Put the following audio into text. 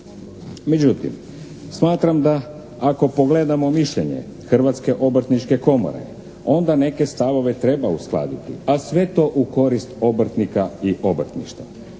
Međutim, smatram da ako pogledamo mišljenje Hrvatske obrtničke komore onda neke stavove treba uskladiti, a sve to u korist obrtnika i obrtništva.